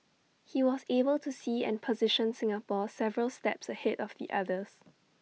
he was able to see and position Singapore several steps ahead of the others